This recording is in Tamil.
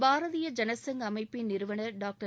பாரதிய ஜனசங் அமைப்பின் நிறுவனா் டாக்டர்